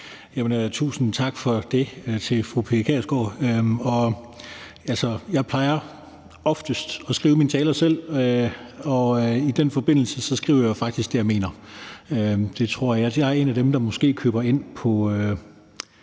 Tusind tak for det til fru Pia Kjærsgaard. Jeg skriver oftest mine taler selv, og i den forbindelse skriver jeg jo det, jeg mener. Jeg er en af dem, der køber ind på